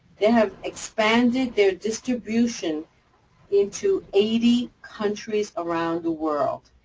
they have expanded their distribution into eighty countries around the world.